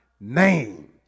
name